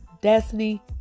destiny